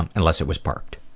and unless it was parked.